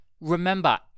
Remember